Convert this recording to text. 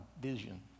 vision